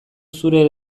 zure